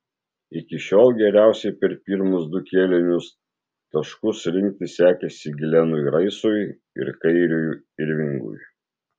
iki šiol geriausiai per pirmus du kėlinius taškus rinkti sekėsi glenui raisui ir kairiui irvingui